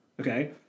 Okay